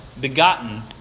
begotten